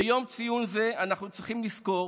ביום ציון זה אנחנו צריכים לזכור